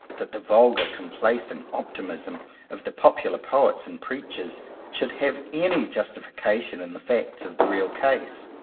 that the vulgar com placent optimism of the popular poets and preachers should have any justification in the facts of the real case.